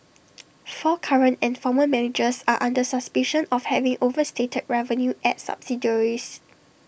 four current and former managers are under suspicion of having overstated revenue at subsidiaries